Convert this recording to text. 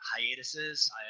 Hiatuses